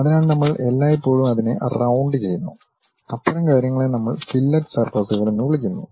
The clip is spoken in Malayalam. അതിനാൽ നമ്മൾ എല്ലായ്പ്പോഴും അതിനെ റൌണ്ട് ചെയ്യുന്നു അത്തരം കാര്യങ്ങളെ നമ്മൾ ഫില്ലറ്റ് സർഫസ്കൾ എന്ന് വിളിക്കുന്നു